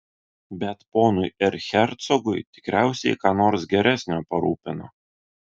bet ponui erchercogui tikriausiai ką nors geresnio parūpino